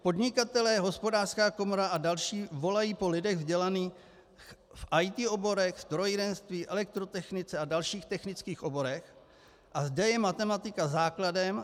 Podnikatelé, Hospodářská komora a další volají po lidech vzdělaných v IT oborech, strojírenství, elektrotechnice a dalších technických oborech a zde je matematika základem.